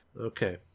Okay